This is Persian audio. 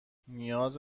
نیاز